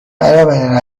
برابر